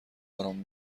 آرام